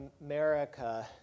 America